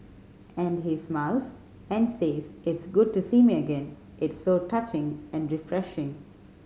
and he smiles and says it's good to see me again it's so touching and refreshing